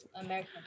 american